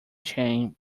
chain